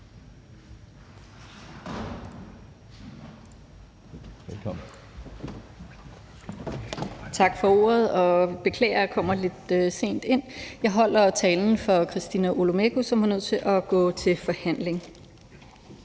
Tak for ordet. Beklager, at jeg kommer lidt sent ind. Jeg holder talen for Christina Olumeko, som var nødt til at gå til forhandlinger.